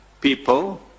people